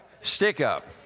stick-up